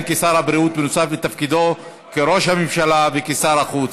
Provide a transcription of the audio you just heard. כשר הבריאות בנוסף לתפקידו כראש הממשלה וכשר החוץ.